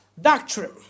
Doctrine